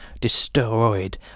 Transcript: destroyed